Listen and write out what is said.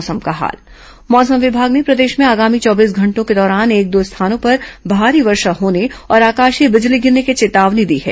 मौसम मौसम विभाग ने प्रदेश में आगामी चौबीस घंटों के दौरान एक दो स्थानों पर भारी वर्षा होने और आकाशीय बिजली गिरने की चेतावनी दी है